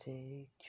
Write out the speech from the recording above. Take